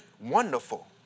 wonderful